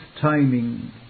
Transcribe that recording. timing